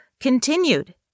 continued